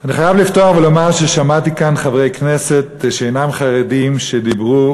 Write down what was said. אני חייב לפתוח ולומר ששמעתי כאן חברי כנסת שאינם חרדים שדיברו